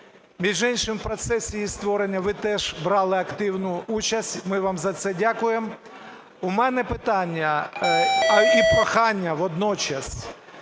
Між іншим, у процесі її створення ви теж брали активну участь, ми вам за це дякуємо. У мене питання і прохання водночас